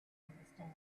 understand